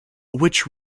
which